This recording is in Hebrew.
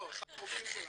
לא, אחד הרופאים שלנו.